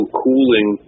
cooling